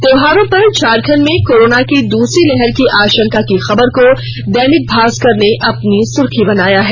त्योहारों पर झारखंड में कोरोना की दूसरी लहर की आशंका की खबर को दैनिक भास्कर ने अपनी सूर्खी बनाया है